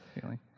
feeling